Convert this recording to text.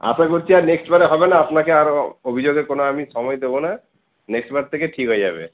আশা করছি আর নেক্সট বারে হবে না আপনাকে আর অভিযোগের কোনো আমি সময় দেবো না নেক্সট বার থেকে ঠিক হয়ে যাবে